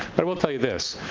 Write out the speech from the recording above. but i will tell you this.